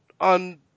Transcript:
on